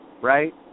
Right